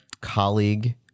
colleague